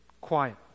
quiet